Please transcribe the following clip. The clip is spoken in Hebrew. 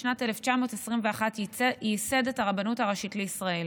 בשנת 1921 ייסד את הרבנות הראשית לישראל.